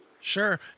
sure